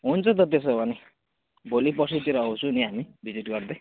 हुन्छ त त्यसो भने भोलि पर्सितिर आउँछु नि हामी भिजिट गर्दै